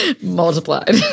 multiplied